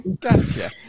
Gotcha